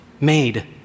made